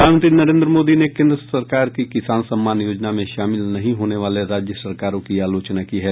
प्रधानमंत्री नरेन्द्र मोदी ने केन्द्र सरकार की किसान सम्मान योजना में शामिल नहीं होने वाले राज्य सरकारों की आलोचना की है